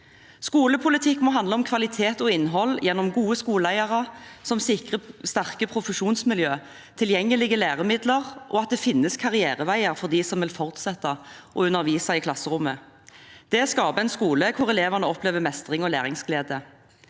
Skolepolitikk må handle om kvalitet og innhold gjennom gode skoleeiere som sikrer sterke profesjonsmiljø, tilgjengelige læremidler og at det finnes karriereveier for dem som vil fortsette å undervise i klasserommet. Det skaper en skole hvor elevene opplever mestring og læringsglede.